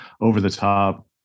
over-the-top